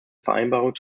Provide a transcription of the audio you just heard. vereinbarung